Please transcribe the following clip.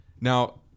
Now